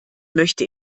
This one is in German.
möchte